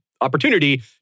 opportunity